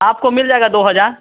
आपको मिल जाएगा दो हज़ार